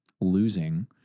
losing